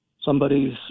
Somebody's